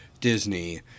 Disney